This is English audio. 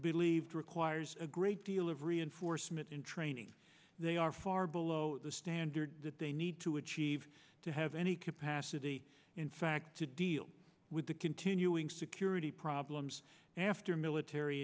believed requires a great deal of reinforcement in training they are far below the standard that they need to achieve to have any capacity in fact to deal with the continuing security problems after military